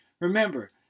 Remember